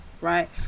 right